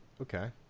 okay